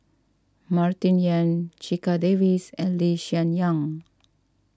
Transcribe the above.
Martin Yan Checha Davies and Lee Hsien Yang